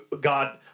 God